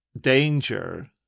danger